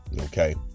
okay